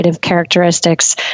characteristics